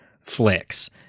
flicks